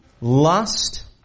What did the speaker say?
lust